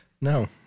No